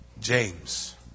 James